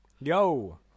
Yo